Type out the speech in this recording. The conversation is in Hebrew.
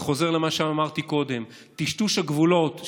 אני חוזר למה שאמרתי קודם: טשטוש הגבולות,